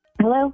Hello